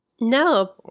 No